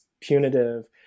punitive